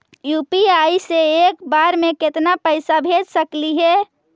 UPI से एक बार मे केतना पैसा भेज सकली हे?